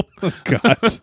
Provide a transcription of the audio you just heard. God